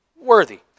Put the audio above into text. worthy